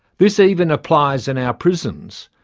this even applies in our prisons,